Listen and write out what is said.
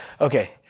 Okay